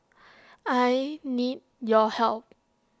I need your help